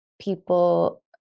people